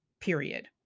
Period